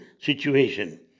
situation